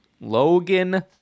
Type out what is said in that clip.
Logan